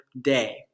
day